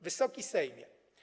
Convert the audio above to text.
Wysoki Sejmie!